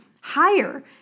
higher